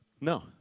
No